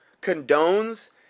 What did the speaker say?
condones